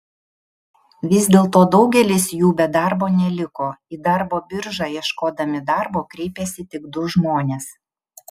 vis dėlto daugelis jų be darbo neliko į darbo biržą ieškodami darbo kreipėsi tik du žmonės